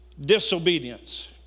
disobedience